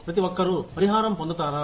ప్రతి ఒక్కరూ పరిహారం పొందుతారా